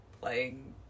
playing